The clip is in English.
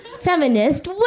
Feminist